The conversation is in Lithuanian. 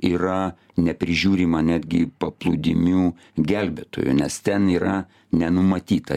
yra neprižiūrima netgi paplūdimių gelbėtojų nes ten yra nenumatyta